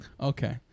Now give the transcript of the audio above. Okay